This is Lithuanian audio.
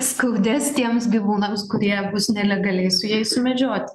skaudės tiems gyvūnams kurie bus nelegaliai su jais sumedžiot